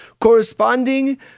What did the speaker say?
Corresponding